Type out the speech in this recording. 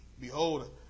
behold